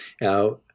Now